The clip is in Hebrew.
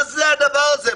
מה זה הדבר הזה?